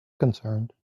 concerned